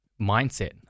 mindset